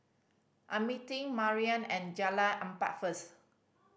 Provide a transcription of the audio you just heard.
I am meeting Mariann at Jalan Empat first